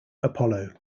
apollo